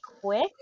quick